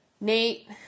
Nate